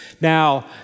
Now